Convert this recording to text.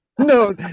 No